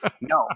no